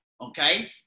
okay